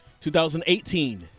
2018